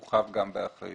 הוא חב גם באחריות.